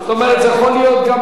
זה יכול להיות גם ב-01:15,